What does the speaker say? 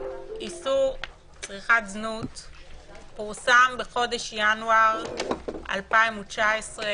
איסור צריכת זנות פורסם בחודש ינואר 2019,